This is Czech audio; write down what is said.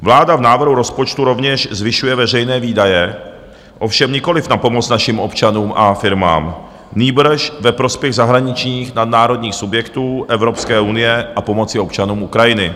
Vláda v návrhu rozpočtu rovněž zvyšuje veřejné výdaje, ovšem nikoliv na pomoc našim občanům a firmám, nýbrž ve prospěch zahraničních nadnárodních subjektů Evropské unie a pomoci občanům Ukrajiny.